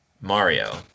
Mario